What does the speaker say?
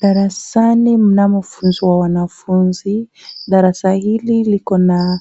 Darasani mnamofunzwa wanafunzi. Darasa hili liko na